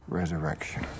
resurrection